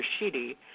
Rashidi